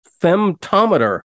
femtometer